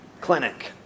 clinic